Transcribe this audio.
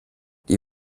die